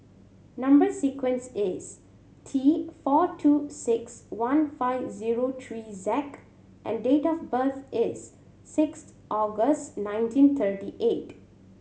number sequence is T four two six one five zero three Z and date of birth is six August nineteen thirty eight